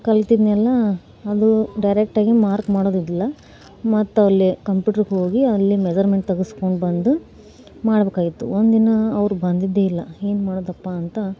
ಕಲ್ತಿದ್ದನ್ನೆಲ್ಲ ಅದು ಡೈರೆಕ್ಟಾಗಿ ಮಾರ್ಕ್ ಮಾಡೋದಿರ್ಲಿಲ್ಲ ಮತ್ತೆ ಅಲ್ಲಿ ಕಂಪ್ಯೂಟ್ರಿಗೆ ಹೋಗಿ ಅಲ್ಲಿ ಮೆಜರ್ಮೆಂಟ್ ತೆಗೆಸ್ಕೊಂಡು ಬಂದು ಮಾಡಬೇಕಾಗಿತ್ತು ಒಂದು ದಿನ ಅವ್ರು ಬಂದಿದ್ದೇ ಇಲ್ಲ ಏನು ಮಾಡೋದಪ್ಪಾ ಅಂತ